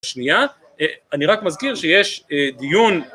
שנייה, אני רק מזכיר שיש אה... דיון